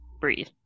breathe